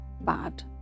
bad